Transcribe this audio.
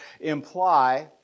imply